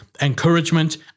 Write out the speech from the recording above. encouragement